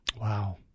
Wow